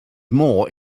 more